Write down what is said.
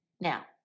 Now